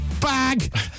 bag